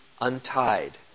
untied